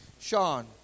Sean